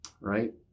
right